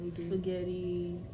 spaghetti